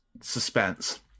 suspense